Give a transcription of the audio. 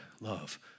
love